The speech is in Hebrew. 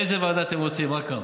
איזה ועדה אתם רוצים, אכרם?